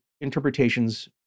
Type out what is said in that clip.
interpretations